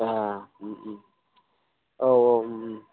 ए औ औ